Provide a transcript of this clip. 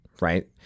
right